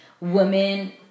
women